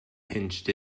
pinched